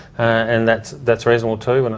and that's that's reasonable too. and